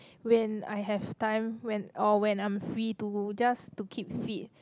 when I have time when or when I am free to just to keep fit